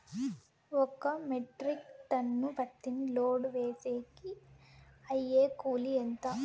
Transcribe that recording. ఒక metric ton పత్తిని load వేసేకి అయ్యే కూలి ఎంత?